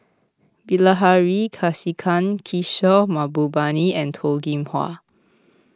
Bilahari Kausikan Kishore Mahbubani and Toh Kim Hwa